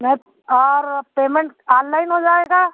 नहीं और payment online हो जाएगा